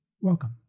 Welcome